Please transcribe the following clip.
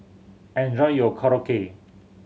enjoy your Korokke